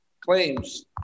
Claims